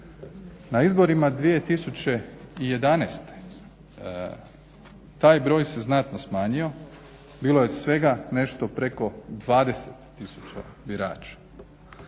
Na izborima 2011.taj broj se znatno smanjio. Bilo je svega nešto preko 20 tisuća birača.